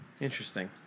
Interesting